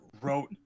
wrote